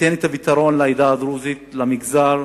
לפתרון לעדה הדרוזית, למגזר,